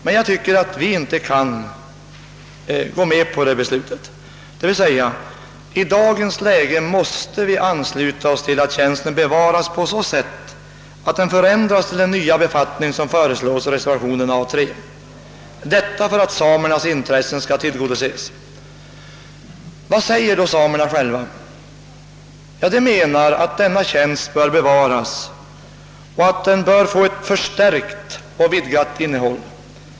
Men jag tycker inte att vi kan godta ett sådant beslut utan anser att vi i dagens läge bör ansluta oss till förslaget att tjänsten bevaras på så sätt, att den förändras till den nya befattning som föreslås i reservationen A 3, detta för att samernas godoses. Vad säger då samerna själva? De menar att denna tjänst skall bevaras och att den bör få ett förstärkt och ett vidgat innehåll.